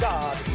God